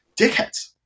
dickheads